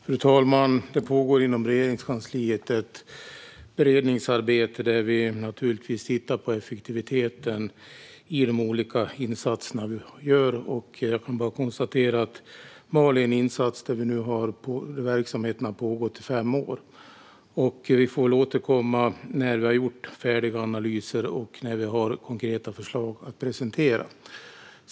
Fru talman! Det pågår inom Regeringskansliet ett beredningsarbete där vi naturligtvis tittar på effektiviteten i de olika insatserna. Jag kan bara konstatera att i Mali har verksamheten pågått i fem år. Vi får väl återkomma när vi är färdiga med analyserna och har konkreta förslag att presentera.